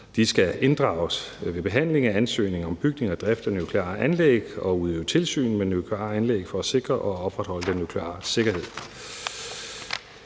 De skal inddrages ved behandling af ansøgning om bygning og drift af nukleare anlæg og udøve tilsyn med nukleare anlæg for at sikre og opretholde den nukleare sikkerhed.